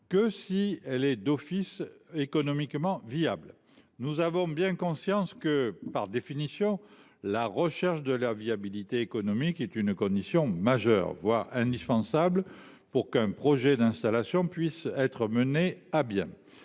que si les exploitations sont économiquement viables. Nous avons bien conscience que, par définition, la recherche de la viabilité économique est une condition majeure, voire indispensable, pour qu’un projet d’installation soit mené à bien.